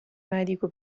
medico